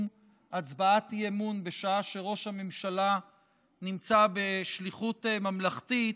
הצבעת אי-אמון בשעה שראש הממשלה נמצא בשליחות ממלכתית,